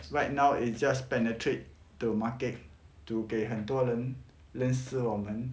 right now it just penetrate the market to 给很多人认识我们